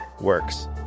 works